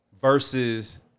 versus